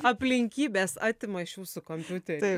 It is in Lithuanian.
aplinkybės atima iš jūsų kompiuterį